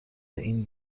این